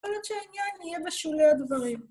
אבל עד שהעניין נהיה בשולי הדברים.